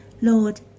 Lord